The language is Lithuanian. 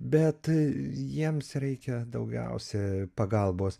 bet jiems reikia daugiausia pagalbos